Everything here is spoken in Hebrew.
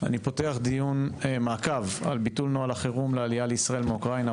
על סדר-היום: דיון מעקב על ביטול נוהל החירום לעליה לישראל מאוקראינה,